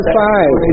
five